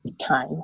time